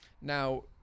Now